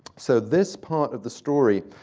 so this part of the story,